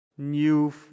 new